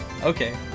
Okay